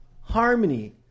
harmony